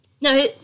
No